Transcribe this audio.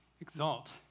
Exalt